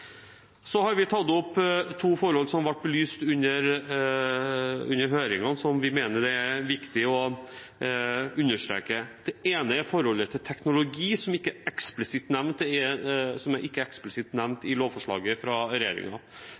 så langt komiteen har klart å bringe på det rene, er dette også i tråd med internasjonal tenkning, tenkning i andre land. Vi har tatt opp to forhold som ble belyst under høringen, og som vi mener det er viktig å understreke. Det ene er forholdet til teknologi, som ikke er eksplisitt